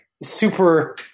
Super